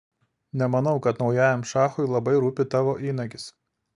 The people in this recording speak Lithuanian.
nemanau kad naujajam šachui labai rūpi tavo įnagis